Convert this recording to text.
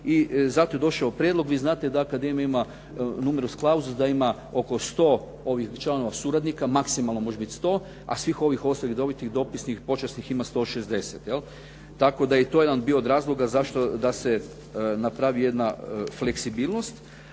i zato je došao prijedlog. Vi znate da akademija ima numerus clausus, da ima oko 100 ovih članova suradnika, maksimalno može biti 100, a svih ovih ostalih redovitih, dopisnih, počasnih ima 160. Tako da je i to jedan bio od razloga zašto da se napravi jedna fleksibilnost,